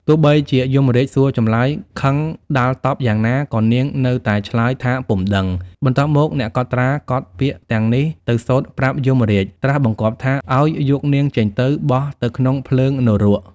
ទោះបីជាយមរាជសួរចម្លើយ ខឹងដាល់តប់យ៉ាងណាក៏នាងនៅតែឆ្លើយថាពុំដឹង បន្ទាប់មកអ្នកកត់ត្រាកត់ពាក្យទាំងនេះទៅសូត្រប្រាប់យមរាជ ត្រាស់បង្គាប់ថា ឱ្យយកនាងចេញទៅ បោះទៅក្នុងភ្លើងនរក ។។